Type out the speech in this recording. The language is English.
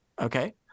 okay